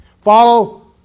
Follow